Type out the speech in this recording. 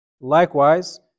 Likewise